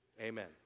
Amen